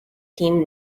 team